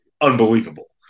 unbelievable